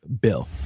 bill